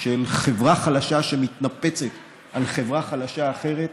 של חברה חלשה שמתנפצת על חברה חלשה אחרת,